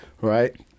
right